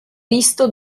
visto